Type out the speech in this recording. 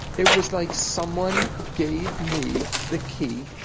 it was like someone gave me the key,